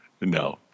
No